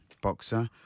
boxer